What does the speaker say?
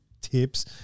tips